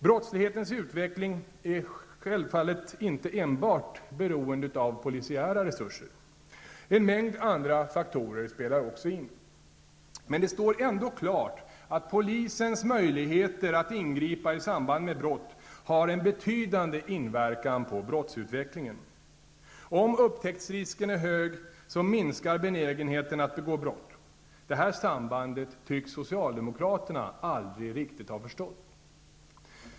Brottslighetens utveckling är självfallet inte enbart beroende av polisiära resurser. En mängd andra faktorer speglar också in. Men det står ändå klart att polisens möjligheter att ingripa i samband med brott har en betydande inverkan på brottsutvecklingen. Om upptäcktsrisken är hög minskar benägenheten att begå brott. Detta samband tycks socialdemokraterna aldrig riktigt ha förstått.